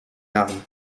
larmes